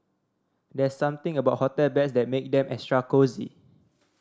there's something about hotel beds that makes them extra cosy